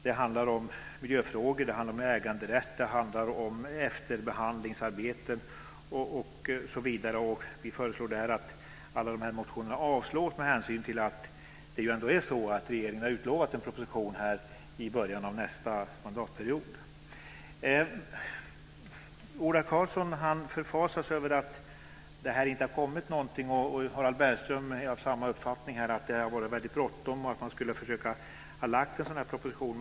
Det handlar om miljöfrågor, äganderätt, efterbehandlingsarbete osv. Vårt förslag är att alla motionerna ska avslås med hänsyn till att regeringen ändå utlovat en proposition i början av nästa mandatperiod. Ola Karlsson förfasar sig över att ingenting har kommit här. Harald Bergström är av samma uppfattning och säger att det är väldigt bråttom och att man skulle ha försökt lägga fram en proposition.